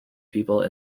people